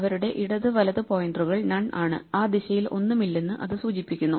അവരുടെ ഇടത് വലത് പോയിന്ററുകൾ നൺ ആണ് ആ ദിശയിൽ ഒന്നുമില്ലെന്നു അത് സൂചിപ്പിക്കുന്നു